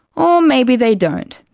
or maybe they don't.